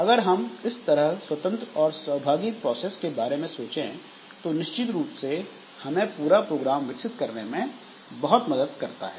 अगर हम इस तरह स्वतंत्र और सहभागी प्रोसेस के बारे में सोचें तो निश्चित रूप से यह हमें पूरा प्रोग्राम विकसित करने में बहुत मदद करता है